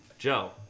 Joe